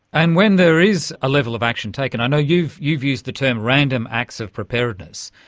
and when there is a level of action taken, i know you've you've used the term random acts of preparedness.